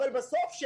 אבל בסוף,